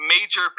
major